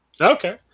Okay